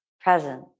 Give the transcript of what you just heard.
present